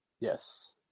Yes